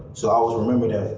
so always remember that.